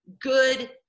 good